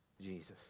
Jesus